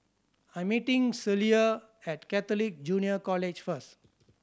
I'm meeting Celia at Catholic Junior College first